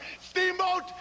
Steamboat